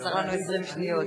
חסך לנו 20 שניות.